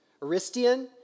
Aristian